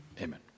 Amen